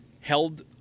held